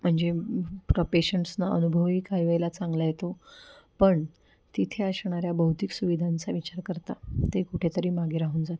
म्हणजे प्र पेशंट्सना अनुभवही काही वेळेला चांगला येतो पण तिथे असणाऱ्या भौतिक सुविधांचा विचार करता ते कुठेतरी मागे राहून जातं